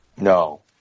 No